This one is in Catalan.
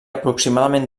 aproximadament